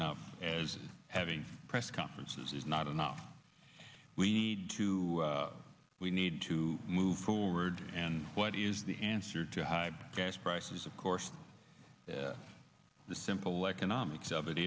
enough as having press conferences is not enough we need to we need to move forward and what is the answer to high gas prices of course the simple economics of it